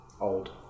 Old